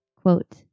Quote